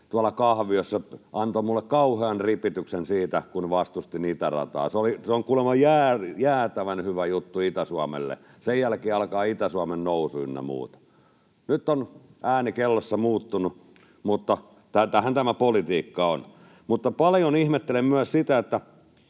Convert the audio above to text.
tuolla kahviossa antoi minulle kauhean ripityksen siitä, kun vastustin itärataa. Se on kuulemma jäätävän hyvä juttu Itä-Suomelle, sen jälkeen alkaa Itä-Suomen nousu, ynnä muuta. Nyt on ääni kellossa muuttunut, mutta tätähän tämä politiikka on. Paljon ihmettelen myös, mikä